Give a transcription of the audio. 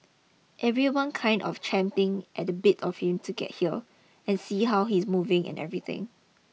everyone kind of champing at the bit for him to get here and see how he's moving and everything